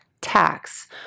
tax